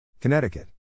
Connecticut